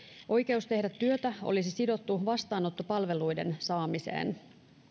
oikeus tehdä työtä olisi sidottu vastaanottopalveluiden saamiseen